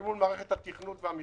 ומול מערכת התכנות והמחשוב.